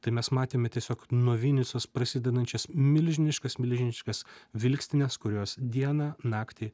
tai mes matėme tiesiog nuo vinicos prasidedančias milžiniškas milžiniškas vilkstines kurios dieną naktį